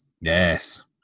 Yes